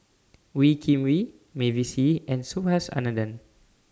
Wee Kim Wee Mavis Hee and Subhas Anandan